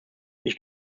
ich